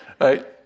right